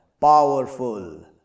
powerful